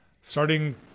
starting